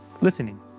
listening